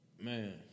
man